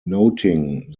noting